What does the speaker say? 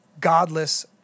godless